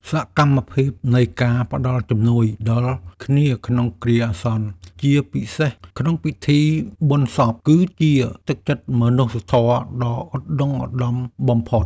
សកម្មភាពនៃការផ្ដល់ជំនួយដល់គ្នាក្នុងគ្រាអាសន្ន ជាពិសេសក្នុងពិធីបុណ្យសព គឺជាទឹកចិត្តមនុស្សធម៌ដ៏ឧត្តុង្គឧត្តមបំផុត។